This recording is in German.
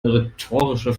rhetorische